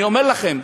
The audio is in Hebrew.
אני אומר לכם,